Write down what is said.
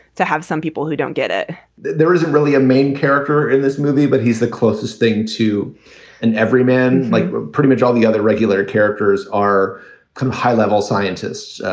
to have some people who don't get it there isn't really a main character in this movie, but he's the closest thing to an everyman. like pretty much all the other regular characters are high level scientists.